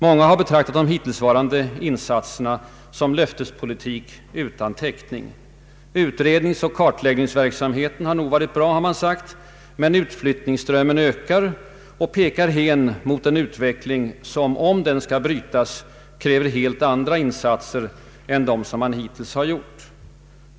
Många har betraktat de hittillsvarande insatserna som löftespolitik utan täckning. Utredningsoch kartläggningsverksamheten har nog varit bra, har man sagt, men utflyttningsströmmen ökar och pekar hän mot en utveckling som, om den skall brytas, kräver helt andra insatser än dem man hittills har gjort.